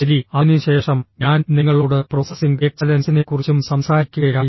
ശരി അതിനുശേഷം ഞാൻ നിങ്ങളോട് പ്രോസസ്സിംഗ് എക്സലൻസിനെക്കുറിച്ചും സംസാരിക്കുകയായിരുന്നു